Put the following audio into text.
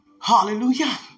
Hallelujah